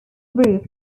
roof